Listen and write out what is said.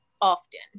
often